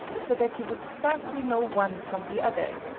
so that you would scarcely know one from the other,